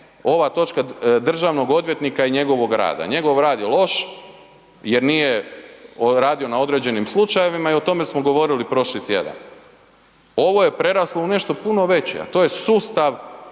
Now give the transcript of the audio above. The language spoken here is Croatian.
ova točka državnog odvjetnika i njegovoga rada. Njegov rad je loš jer nije radio na određenim slučajevima i o tome smo govorili prošli tjedan. Ovo je preraslo u nešto puno veće, a to je sustav